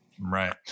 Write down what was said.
right